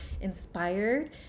inspired